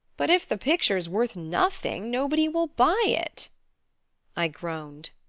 but if the picture's worth nothing, nobody will buy it i groaned.